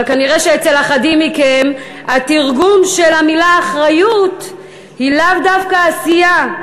אבל כנראה שאצל אחדים מכם התרגום של המילה אחריות הוא לאו דווקא עשייה,